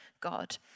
God